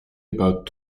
about